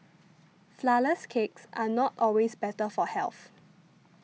Flourless Cakes are not always better for health